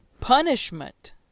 punishment